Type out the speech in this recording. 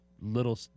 little